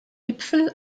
gipfel